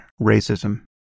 racism